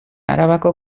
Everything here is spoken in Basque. arabako